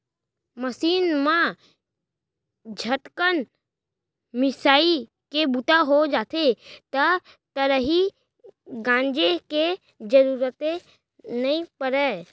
machine म झटकन मिंसाइ के बूता हो जाथे त खरही गांजे के जरूरते नइ परय